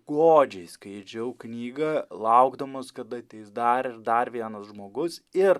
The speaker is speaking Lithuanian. godžiai skaičiau knygą laukdamas kada ateis dar ir dar vienas žmogus ir